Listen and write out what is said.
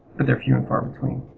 but they're few and far between.